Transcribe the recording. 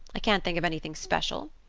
i can't think of anything special.